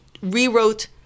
rewrote